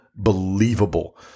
believable